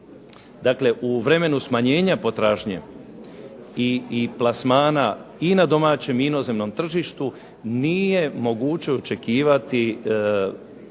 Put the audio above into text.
dakle u vremenu smanjenja potražnje i plasmana i na domaćem i inozemnom tržištu nije moguće očekivati